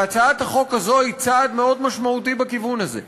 הצעת החוק הזו היא צעד מאוד משמעותי בכיוון הזה.